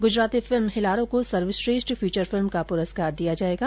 Gujarati film Hellaro को सर्वश्रेष्ठ feature film का पुरस्कार दिया जाएगा